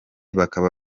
bakaba